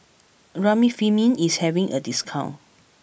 Remifemin is having a discount